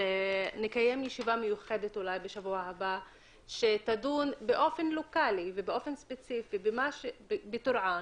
שנקיים ישיבה מיוחדת בשבוע שעבר שתדון באופן מקומי וספציפי בטורעאן,